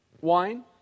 Wine